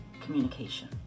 communication